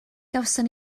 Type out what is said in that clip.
gawson